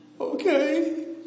Okay